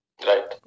Right